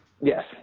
Yes